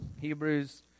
Hebrews